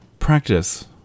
Practice